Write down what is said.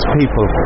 people